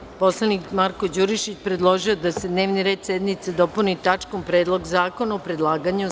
Narodni poslanik Marko Đurišić predložio je da se dnevni red sednice dopuni tačkom Predlog zakona o predlaganju zakona.